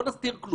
לא נסתיר כלום.